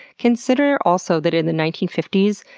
consider also that in the nineteen fifty s,